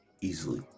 Easily